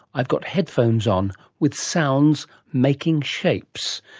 i've got headphones on with sounds making shapes.